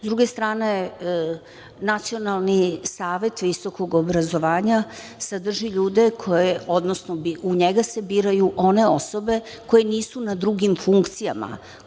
druge strane Nacionalni savet visokog obrazovanja sadrži ljude koje, odnosno u njega se biraju one osobe koje nisu na drugim funkcijama,